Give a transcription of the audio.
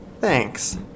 Thanks